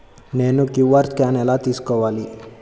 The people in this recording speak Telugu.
నేను క్యూ.అర్ స్కాన్ ఎలా తీసుకోవాలి?